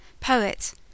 poet